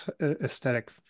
aesthetic